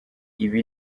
ibi